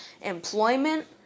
employment